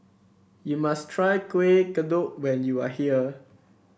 you must try Kueh Kodok when you are here